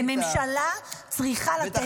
וממשלה צריכה לתת דוגמה.